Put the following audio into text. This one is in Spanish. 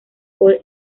por